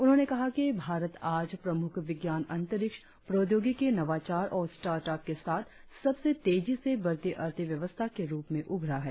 उन्होंने कहा कि भारत आज प्रमुख विज्ञान अंतरिक्ष प्रौद्योगिकी नवाचार और स्टार्ट अप के साथ सबसे तेजी से बढ़ती अर्थव्यवस्था के रुप में उभरा है